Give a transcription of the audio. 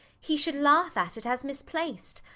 he should laugh at it as misplaced.